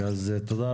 עצמו.